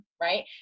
right